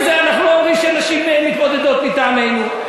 אנחנו לא אומרים שנשים מתמודדות מטעמנו,